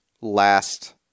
last